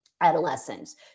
adolescents